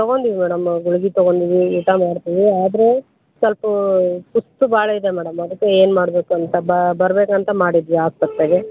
ತೊಗೊಂದೀವಿ madam ಗುಳ್ಗೆ ತೊಗೊಂದೀವಿ ಊಟ ಮಾಡ್ತೀವಿ ಆದರೆ ಸ್ವಲ್ಪ ಸುಸ್ತು ಭಾಳ ಇದೆ ಮೇಡಮ್ ಅದಕ್ಕೆ ಏನು ಮಾಡಬೇಕು ಅಂತ ಬರಬೇಕಂತ ಮಾಡಿದ್ವಿ ಆಸ್ಪತ್ರೆಗೆ